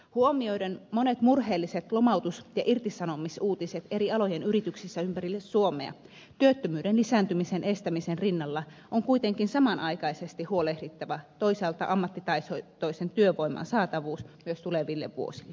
huomioiden monet murheelliset lomautus ja irtisanomisuutiset eri alojen yrityksissä ympäri suomea työttömyyden lisääntymisen estämisen rinnalla on kuitenkin samanaikaisesti huolehdittava toisaalta ammattitaitoisen työvoiman saatavuudesta myös tuleville vuosille